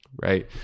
right